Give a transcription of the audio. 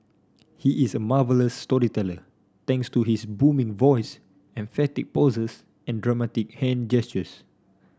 he is a marvellous storyteller thanks to his booming voice emphatic pauses and dramatic hand gestures